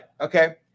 Okay